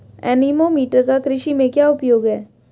Anemometer का कृषि में क्या उपयोग है?